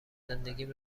زندگیم